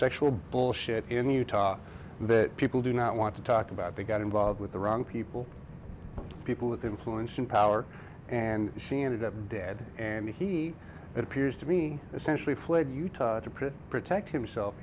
sexual bullshit in utah that people do not want to talk about they got involved with the wrong people people with influence and power and she ended up dead and he appears to be essentially fled utah to pretty protect himself